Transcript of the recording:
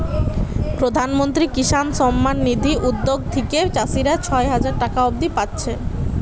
প্রধানমন্ত্রী কিষান সম্মান নিধি উদ্যগ থিকে চাষীরা ছয় হাজার টাকা অব্দি পাচ্ছে